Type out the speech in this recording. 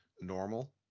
normal